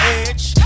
edge